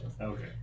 Okay